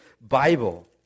Bible